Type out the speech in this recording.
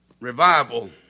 Revival